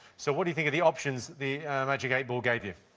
so what do you think are the options the magic eight ball gave you?